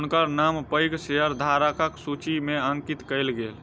हुनकर नाम पैघ शेयरधारकक सूचि में अंकित कयल गेल